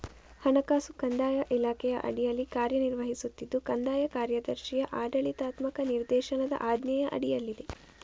ಹಣಕಾಸು ಕಂದಾಯ ಇಲಾಖೆಯ ಅಡಿಯಲ್ಲಿ ಕಾರ್ಯ ನಿರ್ವಹಿಸುತ್ತಿದ್ದು ಕಂದಾಯ ಕಾರ್ಯದರ್ಶಿಯ ಆಡಳಿತಾತ್ಮಕ ನಿರ್ದೇಶನದ ಆಜ್ಞೆಯ ಅಡಿಯಲ್ಲಿದೆ